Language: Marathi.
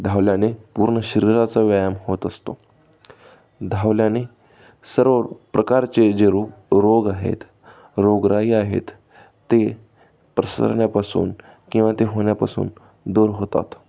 धावल्याने पूर्ण शरीराचा व्यायाम होत असतो धावल्याने सर्व प्रकारचे जे रो रोग आहेत रोगराई आहेत ते प्रसरण्यापासून किंवा ते होण्यापासून दूर होतात